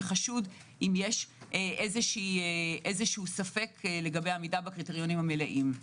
וחשוד אם יש איזה ספק לגבי עמידה בקריטריונים המלאים.